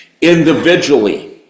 individually